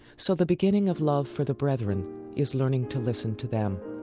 so the beginning of love for the brethren is learning to listen to them.